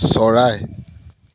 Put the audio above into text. চৰাই